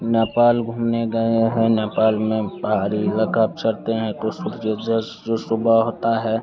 नेपाल घूमने गए हैं नेपाल में पहाड़ी इलाक़े पर चढ़ते हैं तो सूर्योजस जो सुबह होता है